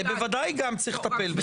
בוודאי שגם בזה צריך לטפל.